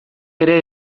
ere